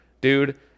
dude